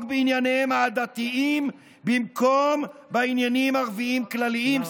בענייניהם העדתיים במקום בעניינים ערבים כלליים.